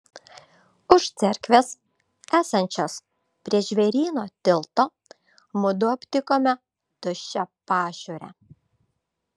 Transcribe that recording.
už cerkvės esančios prie žvėryno tilto mudu aptikome tuščią pašiūrę